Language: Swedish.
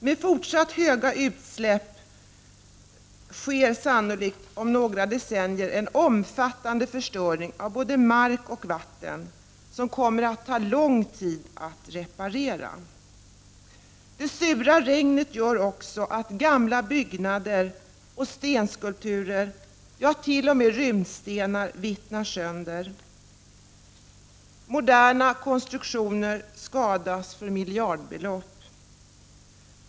Med fortsatt höga utsläpp sker sannolikt om några decennier en omfattande förstöring av både mark och vatten som det kommer att ta lång tid att reparera. Det sura regnet gör också att gamla byggnader och stenskulpturer, ja t.o.m. runstenar, vittrar sönder. Moderna konstruktioner skadas för miljardbelopp.